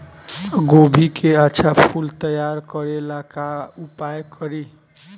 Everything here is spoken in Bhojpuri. गोभी के अच्छा फूल तैयार करे ला का उपाय करी?